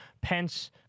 pence